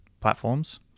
platforms